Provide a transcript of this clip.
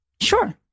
Sure